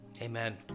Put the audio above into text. amen